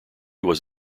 was